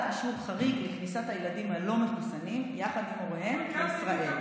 אישור חריג לכניסת הילדים הלא-מחוסנים יחד עם הוריהם לישראל.